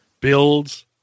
builds